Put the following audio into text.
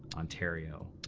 ontario,